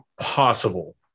possible